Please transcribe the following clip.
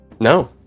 No